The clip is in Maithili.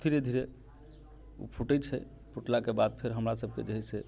धीरे धीरे ओ फूटै छै फुटलाके बाद फेर हमरा सभके जे है से